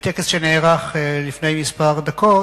בטקס שנערך לפני כמה דקות